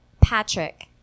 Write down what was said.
Patrick